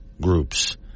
groups